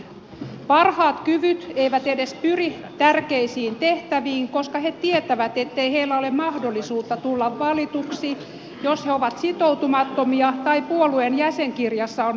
parhaat kyvyt eivät edes pyri tärkeisiin tehtäviin koska he tietävät ettei heillä ole mahdollisuutta tulla valituksi jos he ovat sitoutumattomia tai puolueen jäsenkirjassa on väärä väri